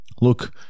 look